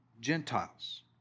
Gentiles